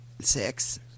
Six